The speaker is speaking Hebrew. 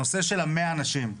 הנושא של ה-100 אנשים,